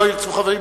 לא ירצו חברים,